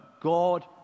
God